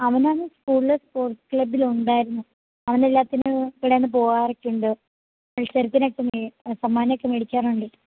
അവനാണെങ്കില് സ്കൂളിലെ സ്പോർട്സ് ക്ലബിലുണ്ടായിരുന്നു അവനെല്ലാത്തിനുംകൂടെ അന്ന് പോകാറൊക്കെയുണ്ട് മത്സരത്തിനൊക്കെ സമ്മാനമൊക്കെ മേടിക്കാറുണ്ട്